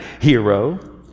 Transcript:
hero